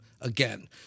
again